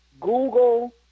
Google